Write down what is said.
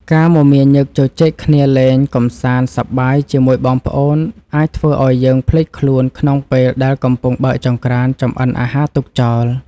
ការមមាញឹកជជែកគ្នាលេងកម្សាន្តសប្បាយជាមួយបងប្អូនអាចធ្វើឱ្យយើងភ្លេចខ្លួនក្នុងពេលដែលកំពុងបើកចង្ក្រានចម្អិនអាហារទុកចោល។